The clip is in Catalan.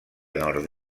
nord